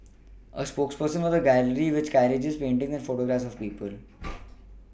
a spokesman for the gallery which carries paintings and photographs of people